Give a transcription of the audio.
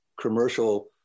commercial